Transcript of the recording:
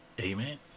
Amen